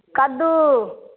कद्दू